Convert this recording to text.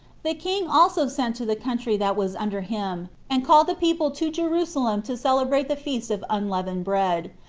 the king also sent to the country that was under him, and called the people to jerusalem to celebrate the feast of unleavened bread,